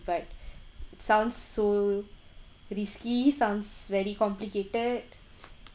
but sounds so risky sounds very complicated